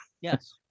yes